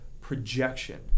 projection